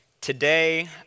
today